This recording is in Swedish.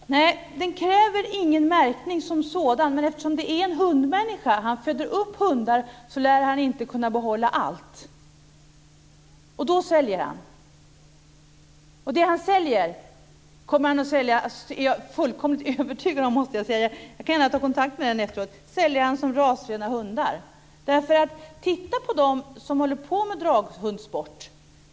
Fru talman! Nej, den kräver ingen märkning som sådan, men eftersom det är en människa som föder upp hundar lär han inte kunna behålla alla. Då säljer han, och det han säljer kommer han att sälja - det är jag fullkomligt övertygad om; jag kan ta kontakt med honom efteråt - som rasrena hundar. Titta på dem som håller på med draghundssport!